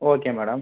okay madam